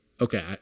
Okay